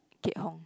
Keat-Hong